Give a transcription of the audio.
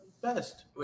Best